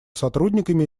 сотрудниками